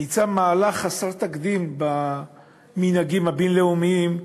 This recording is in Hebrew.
ביצעה מהלך חסר תקדים במנהגים הבין-לאומיים,